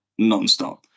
nonstop